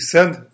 Send